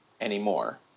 anymore